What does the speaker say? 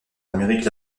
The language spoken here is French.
amérique